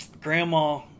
Grandma